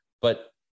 but-